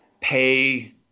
pay